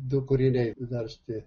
du kūriniai versti